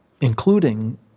including